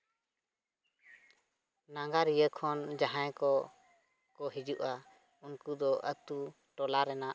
ᱱᱟᱜᱟᱨᱤᱭᱟᱹ ᱠᱷᱚᱱ ᱡᱟᱦᱟᱸᱭ ᱠᱚᱠᱚ ᱦᱤᱡᱩᱜᱼᱟ ᱩᱱᱠᱩ ᱫᱚ ᱟᱹᱛᱩ ᱴᱚᱞᱟ ᱨᱮᱱᱟᱜ